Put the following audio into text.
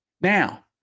Now